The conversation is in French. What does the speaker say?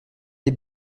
des